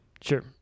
Sure